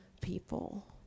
people